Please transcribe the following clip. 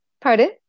pardon